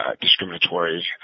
discriminatory